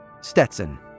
Stetson